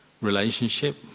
relationship